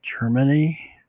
Germany